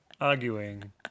arguing